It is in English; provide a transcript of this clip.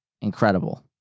Incredible